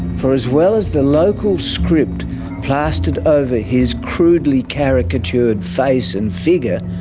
for as well as the local script plastered over his crudely caricatured face and figure,